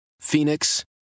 Phoenix